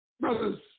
Brothers